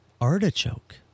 Artichoke